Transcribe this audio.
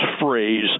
phrase